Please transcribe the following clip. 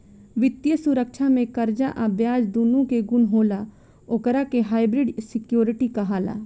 वित्तीय सुरक्षा में कर्जा आ ब्याज दूनो के गुण होला ओकरा के हाइब्रिड सिक्योरिटी कहाला